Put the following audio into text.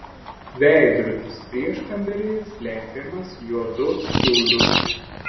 veidrodis prieškambaryje slepiamas juodu tiuliu